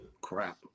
Crap